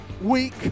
week